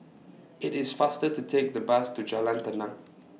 IT IS faster to Take The Bus to Jalan Tenang